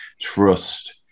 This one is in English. trust